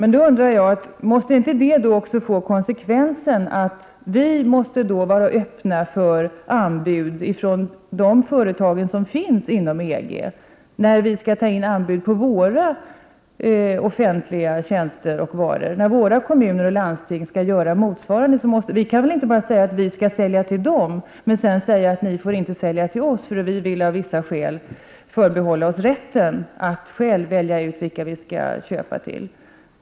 Får det inte då till konsekvens att vi också måste vara öppna för anbud från de företag som finns inom EG:s område, när vi skall ta in anbud på våra offentliga varor och tjänster och när våra kommuner och landsting skall göra upphandlingar? Vi kan väl inte bara säga att vi skall sälja till dem, men sedan säga att de inte får sälja till oss eftersom vi av vissa skäl vill förbehålla oss rätten att själva välja ut vilka vi vill köpa av?